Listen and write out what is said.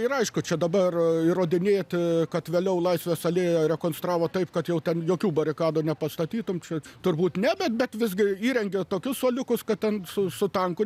ir aišku čia dabar įrodinėti kad vėliau laisvės alėją rekonstravo taip kad jau ten jokių barikadų nepastatytum čia turbūt ne bet bet visgi įrengė tokius suoliukus kad ten su su tanku